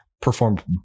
performed